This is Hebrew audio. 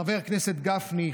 חבר הכנסת גפני,